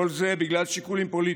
כל זה בגלל שיקולים פוליטיים.